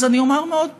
אז אני אומר מאוד בפשטות,